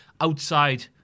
outside